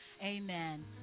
amen